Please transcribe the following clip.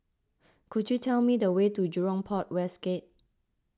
could you tell me the way to Jurong Port West Gate